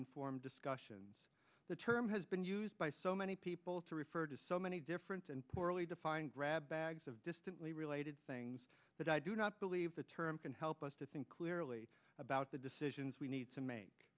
inform discussions the term has been used by so many people to refer to so many different and poorly defined grab bags of distantly related things that i do not believe the term can help us to think clearly about the decisions we need to make